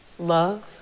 love